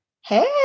Hey